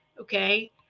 Okay